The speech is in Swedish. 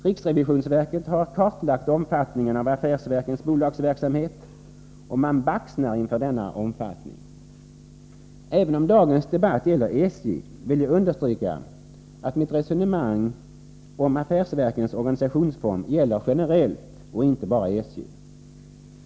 Riksrevisionsverket har kartlagt omfattningen av affärsverkens bolagsverksamhet, och man baxnar inför denna omfattning. Även om dagens debatt gäller SJ vill jag understryka att mitt resonemang om affärsverkens organisationsform gäller generellt och inte bara SJ.